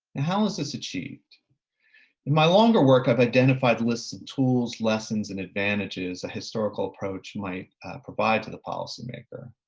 and how was this achieved. in my longer work, i've identified lists of tools, lessons and advantages a historical approach might provide to the policymaker.